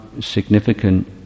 significant